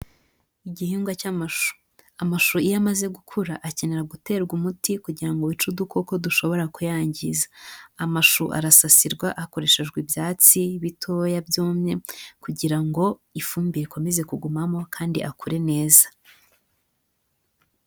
Igihingwa cy' amashu, amashu iyo amaze gukura akenera guterwa umuti kugira ngo wice udukoko dushobora kuyangiza. Amashu arasasirwa hakoreshejwe ibyatsi bitoya byumye, kugira ngo ifumbire ikomeze kugumamo kandi akure neza.